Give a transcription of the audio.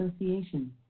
Association